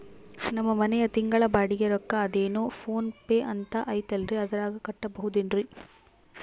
ನಮ್ಮ ಮನೆಯ ತಿಂಗಳ ಬಾಡಿಗೆ ರೊಕ್ಕ ಅದೇನೋ ಪೋನ್ ಪೇ ಅಂತಾ ಐತಲ್ರೇ ಅದರಾಗ ಕಟ್ಟಬಹುದೇನ್ರಿ?